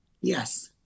Yes